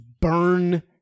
burn